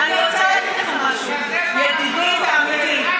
אני רוצה להגיד לך משהו, ידידי ועמיתי.